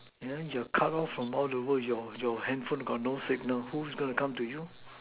then your cut off from all the world your your handphone got no signal who's going to come to you